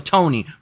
Tony